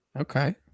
Okay